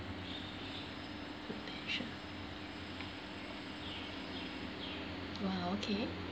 prudential !wah! okay